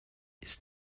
ist